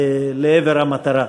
לעבר המטרה.